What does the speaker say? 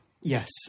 Yes